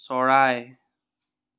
চৰাই